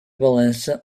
balança